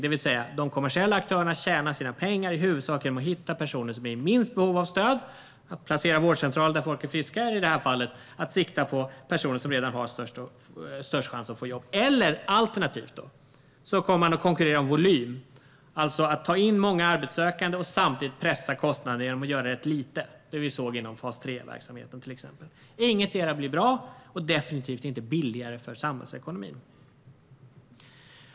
Det innebär att de kommersiella aktörerna tjänar sina pengar i huvudsak genom att hitta de personer som är i minst behov av stöd, till exempel genom att placera vårdcentraler där folk är friska. I det här fallet skulle det handla om att sikta på de personer som redan har störst chans att få jobb. Alternativt kommer man att konkurrera om volym, det vill säga ta in många arbetssökande och samtidigt pressa kostnader genom att göra rätt lite. Det var det vi såg inom fas 3-verksamheten till exempel. Ingetdera blir bra, och det blir definitivt inte billigare för samhällsekonomin.